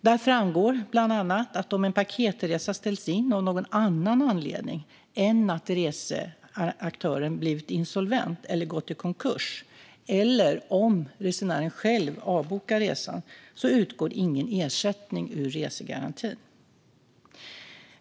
Där framgår bland annat att om en paketresa ställs in av någon annan anledning än att reseaktören blivit insolvent eller gått i konkurs, eller om resenären själv avbokar resan, utgår ingen ersättning ur resegarantin.